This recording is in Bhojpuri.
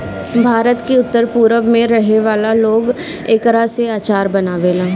भारत के उत्तर पूरब में रहे वाला लोग एकरा से अचार बनावेला